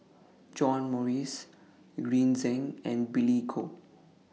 John Morrice Green Zeng and Billy Koh